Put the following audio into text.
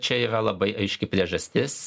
čia yra labai aiški priežastis